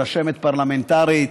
רשמת פרלמנטרית,